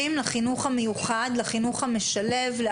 כשישבנו כאן עוד בפברואר נאמר לנו